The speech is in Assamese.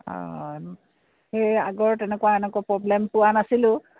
অঁ সেই আগৰ তেনেকুৱা এনেকুৱা প্ৰব্লেম পোৱা নাছিলোঁ